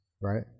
right